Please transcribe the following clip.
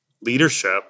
leadership